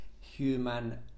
human